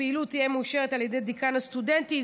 הפעילות תהיה מאושרת על ידי דיקן הסטודנטים,